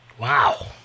Wow